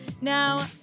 Now